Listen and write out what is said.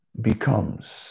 becomes